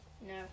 No